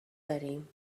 داریم